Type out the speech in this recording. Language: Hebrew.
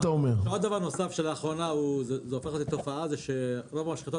דבר נוסף שלאחרונה הופך להיות תופעה זה שרוב המשחטות